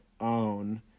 own